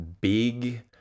big